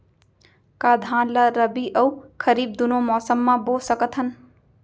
का धान ला रबि अऊ खरीफ दूनो मौसम मा बो सकत हन?